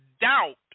doubt